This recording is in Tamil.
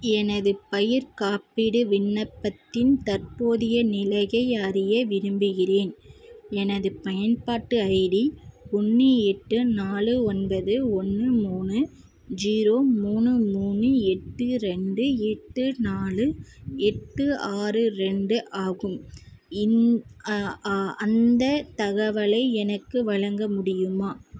எனது பயிர் காப்பீடு விண்ணப்பத்தின் தற்போதைய நிலையை அறிய விரும்புகிறேன் எனது பயன்பாட்டு ஐடி ஒன்று எட்டு நாலு ஒன்பது ஒன்று மூணு ஜீரோ மூணு மூணு எட்டு ரெண்டு எட்டு நாலு எட்டு ஆறு ரெண்டு ஆகும் அந்த தகவலை எனக்கு வழங்க முடியுமா